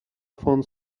phone